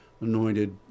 anointed